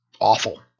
awful